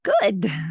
good